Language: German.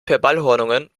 verballhornungen